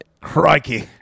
Crikey